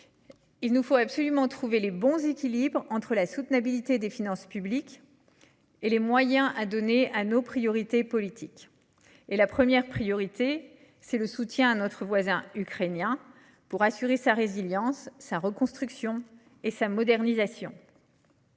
il nous faut trouver les bons équilibres entre la soutenabilité des finances publiques et les moyens à donner à nos priorités politiques. La première de nos priorités est le soutien à notre voisin ukrainien pour assurer sa résilience, sa reconstruction et sa modernisation.